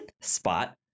spot